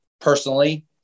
personally